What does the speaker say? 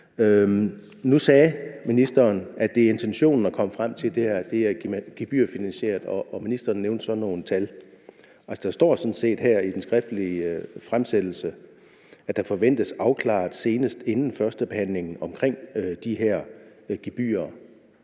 Nu sagde ministeren, at det er intentionen at komme frem til, at det skal være gebyrfinansieret, og ministeren nævnte så nogle tal. Der står sådan set her i den skriftlige fremsættelse, at der senest inden førstebehandlingen forventes